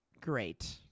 great